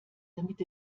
damit